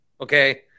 okay